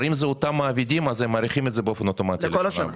כלומר אם זה אותם מעבידים אז מאריכים את זה באופן אוטומטי לשנה הבאה.